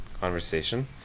conversation